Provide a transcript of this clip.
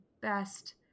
best